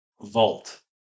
vault